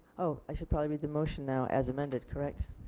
oh, i should probably read the motion now as amended, correct?